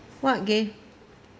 what gave